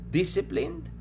disciplined